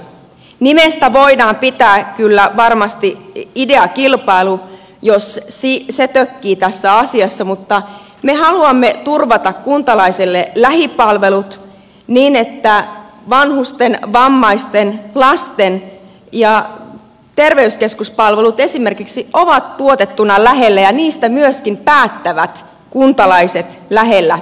nimestä voidaan pitää kyllä varmasti ideakilpailu jos se tökkii tässä asiassa mutta me haluamme turvata kuntalaiselle lähipalvelut niin että vanhusten vammaisten lasten ja terveyskeskuspalvelut esimerkiksi ovat tuotettuna lähellä ja niistä myöskin päättävät kuntalaisten lähellä itse